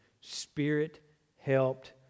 spirit-helped